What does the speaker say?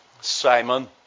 Simon